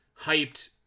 hyped